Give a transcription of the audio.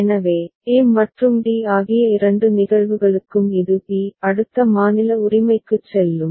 எனவே a மற்றும் d ஆகிய இரண்டு நிகழ்வுகளுக்கும் இது b அடுத்த மாநில உரிமைக்குச் செல்லும்